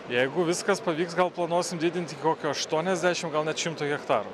jeigu viskas pavyks gal planuosim didint iki kokio aštuoniasdešim gal net šimto hektarų